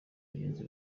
bagenzi